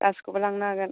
गासिखौबो लांनो हागोन